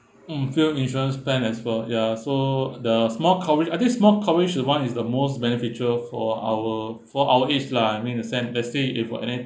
mm few insurance plan as well ya so the small coverage I think small coverage the one is the most beneficial for our for our age lah I mean the same let's say if you got anything